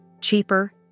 cheaper